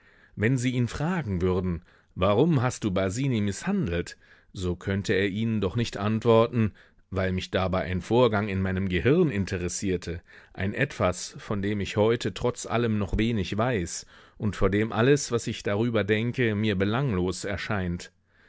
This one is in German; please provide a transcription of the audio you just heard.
wenn sie ihn fragen würden warum hast du basini mißhandelt so könnte er ihnen doch nicht antworten weil mich dabei ein vorgang in meinem gehirn interessierte ein etwas von dem ich heute trotz allem noch wenig weiß und vor dem alles was ich darüber denke mir belanglos erscheint